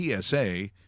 PSA